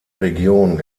region